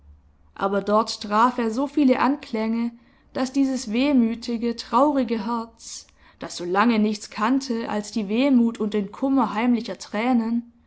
aber dort traf er so viele anklänge daß dieses wehmütige traurige herz das solange nichts kannte als die wehmut und den kummer heimlicher tränen